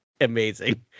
amazing